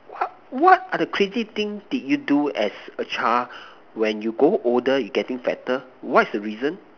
what what are the crazy thing did you do as a child when you grow older you getting better what is the reason